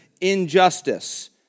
Injustice